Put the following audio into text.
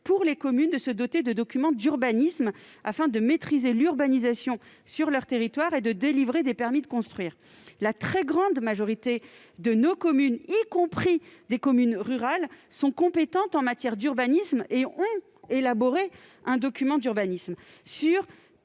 pour les communes, de se doter de documents d'urbanisme afin de maîtriser l'urbanisation sur leur territoire et de délivrer des permis de construire. La très grande majorité de nos communes, y compris rurales, sont compétentes en la matière et ont élaboré un document d'urbanisme.